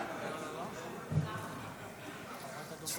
אני מתכבד להציג לפניכם את הצעת חוק